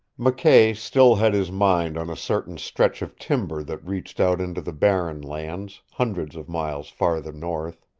mckay still had his mind on a certain stretch of timber that reached out into the barren lands, hundreds of miles farther north.